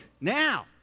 Now